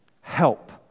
help